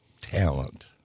talent